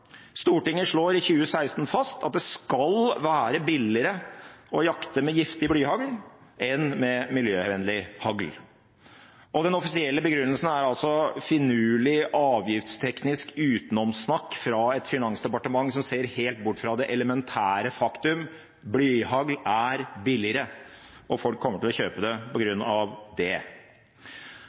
Stortinget slår i 2016 fast at det skal være billigere å jakte med giftig blyhagl enn med miljøvennlig hagl, og den offisielle begrunnelsen er finurlig avgiftsteknisk utenomsnakk fra et finansdepartement som ser helt bort fra det elementære faktum: Blyhagl er billigere, og folk kommer til å kjøpe det på grunn av det.